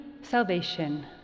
salvation